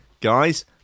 guys